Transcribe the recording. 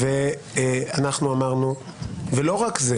אנחנו אמרנו, ולא רק זה